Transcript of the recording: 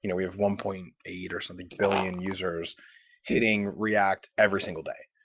you know we have one point eight, or something, billion users hitting react every single day,